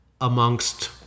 amongst